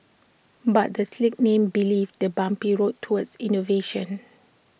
but the slick name belies the bumpy road towards innovation